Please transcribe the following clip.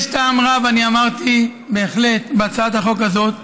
יש טעם רב, אני אמרתי, בהחלט, בהצעת החוק הזאת,